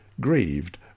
grieved